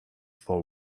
for